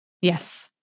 Yes